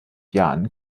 jahren